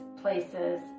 places